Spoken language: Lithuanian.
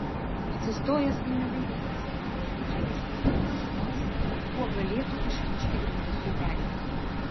atsistojęs ėmė dairytis po bažnyčią ieškodamas ko nors kuo galėtų išmušti grindų plytelę